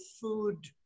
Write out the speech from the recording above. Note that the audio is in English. food